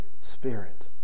Spirit